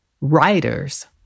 writers